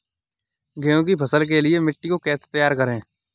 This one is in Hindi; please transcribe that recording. गेहूँ की फसल के लिए मिट्टी को कैसे तैयार करें?